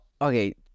okay